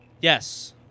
Yes